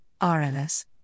RLS